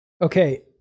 Okay